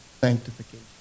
sanctification